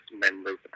members